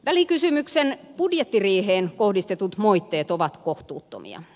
välikysymyksen budjettiriiheen kohdistetut moitteet ovat kohtuuttomia